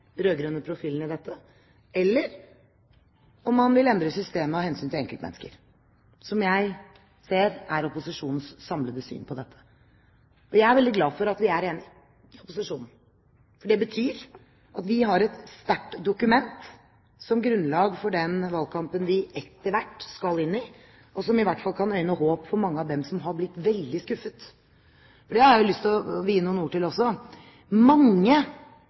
rød-grønne profilen i dette, eller om man vil endre systemet av hensyn til enkeltmennesker, som jeg ser er opposisjonens samlede syn på dette. Jeg er veldig glad for at vi er enige i opposisjonen, for det betyr at vi har et sterkt dokument som grunnlag for den valgkampen vi etter hvert skal inn i, og som i hvert fall kan gi håp for mange av dem som har blitt veldig skuffet. Det har jeg lyst til å vie noen ord til også. Mange